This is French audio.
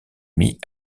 mis